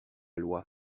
loi